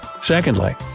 Secondly